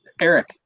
Eric